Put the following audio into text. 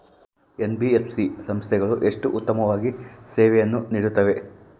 NBFC ಸಂಸ್ಥೆಗಳು ಎಷ್ಟು ಉತ್ತಮವಾಗಿ ಸೇವೆಯನ್ನು ನೇಡುತ್ತವೆ?